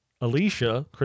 Alicia